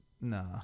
nah